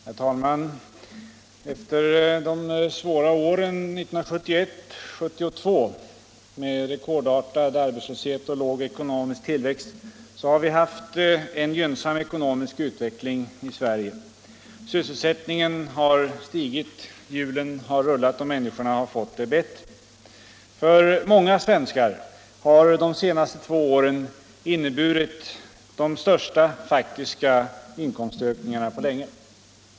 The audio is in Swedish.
Herr talman! Efter de svåra åren 1971 och 1972 med rekordartad arbetslöshet och låg ekonomisk tillväxt har vi haft en gynnsam ekonomisk utveckling i Sverige. Sysselsättningen har stigit, hjulen har rullat och människorna har fått det bättre. För många svenskar har de senaste åren inneburit de största faktiska inkomstökningarna på länge.